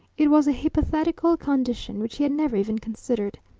it was a hypothetical condition which he had never even considered.